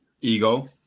Ego